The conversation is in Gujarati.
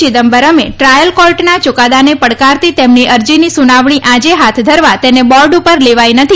ચિદમ્બરમે ટ્રાયલ કોર્ટના યૂકાદાને પડકારતી તેમની અરજીની સુનાવણી આજે હાથ ધરવા તેને બોર્ડ ઉપર લેવાઈ નથી